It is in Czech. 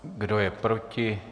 Kdo je proti?